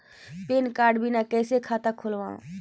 Pan card बिना कइसे खाता खोलव?